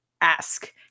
ask